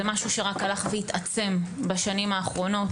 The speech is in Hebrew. זה משהו שרק הלך והתעצם בשנים האחרונות,